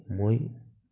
মই